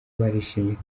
barishimye